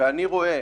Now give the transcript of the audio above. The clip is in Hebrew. ואני רואה